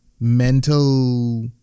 mental